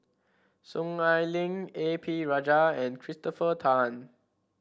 Soon Ai Ling A P Rajah and Christopher Tan